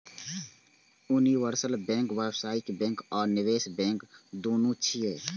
universal bank व्यावसायिक bank आ निवेश बैंक, दुनू छियै